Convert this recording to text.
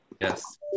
Yes